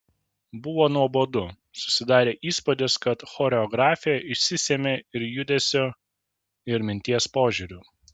buvo nuobodu susidarė įspūdis kad choreografė išsisėmė ir judesio ir minties požiūriu